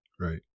Right